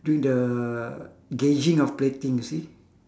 doing the gauging of plating you see